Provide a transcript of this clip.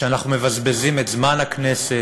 שאנחנו מבזבזים את זמן הכנסת,